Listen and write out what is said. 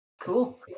Cool